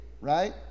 Right